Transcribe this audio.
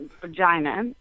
vagina